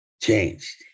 changed